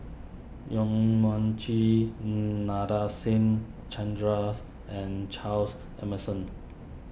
Yong Mun Chee Nadasen Chandras and Charles Emmerson